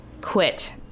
quit